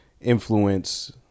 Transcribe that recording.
influence